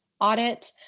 audit